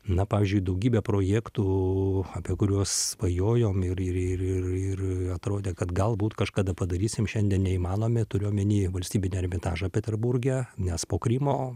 na pavyzdžiui daugybė projektų apie kuriuos svajojom ir ir ir ir ir atrodė kad galbūt kažkada padarysim šiandien neįmanomi turiu omeny valstybinį ermitažą peterburge nes po krymo